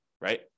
right